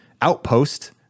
outpost